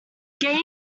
game